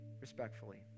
respectfully